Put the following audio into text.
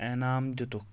انعام دِتُکھ